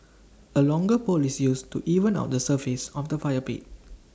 A longer pole is used to even out the surface of the fire pit